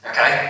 Okay